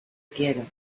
quiero